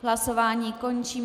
Hlasování končím.